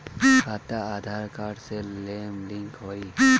खाता आधार कार्ड से लेहम लिंक होई?